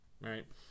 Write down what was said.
Right